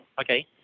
Okay